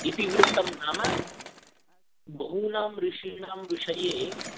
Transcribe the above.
इतिवृत्तं नाम बहूनां ऋषीणां विषये